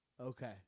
Okay